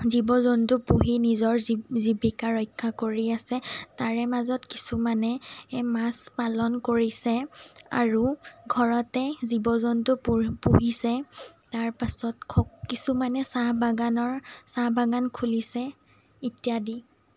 জীৱ জন্তু পুহি নিজৰ জী জীৱিকা ৰক্ষা কৰি আছে তাৰে মাজত কিছুমানে মাছ পালন কৰিছে আৰু ঘৰতে জীৱ জন্তু পু পুহিছে তাৰপাছত কিছুমানে চাহ বাগানৰ চাহ বাগান খুলিছে ইত্যাদি